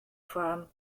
foarm